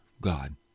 God